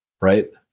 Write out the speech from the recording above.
right